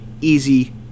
easy